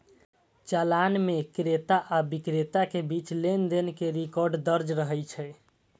चालान मे क्रेता आ बिक्रेता के बीच लेनदेन के रिकॉर्ड दर्ज रहै छै